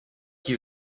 qui